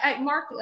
mark